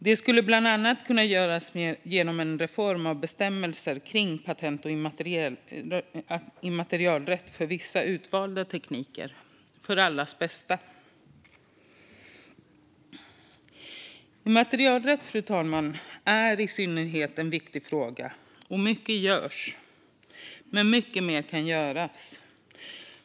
Detta skulle bland annat kunna göras genom en reform av bestämmelserna kring patent och immaterialrätt för vissa utvalda tekniker - för allas bästa. Fru talman! I synnerhet immaterialrätt är en viktig fråga. Mycket görs, men mycket mer kan göras.